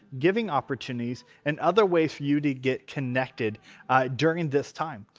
giving opportunities and other ways for you to get connected during this time.